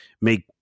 make